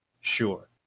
Sure